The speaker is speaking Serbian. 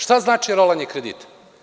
Šta znači rolanje kredita?